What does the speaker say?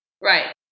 right